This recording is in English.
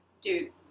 Dude